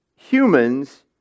Humans